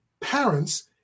parents